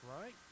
right